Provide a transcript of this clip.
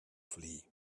flee